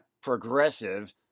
progressive